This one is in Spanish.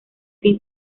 fin